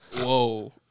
Whoa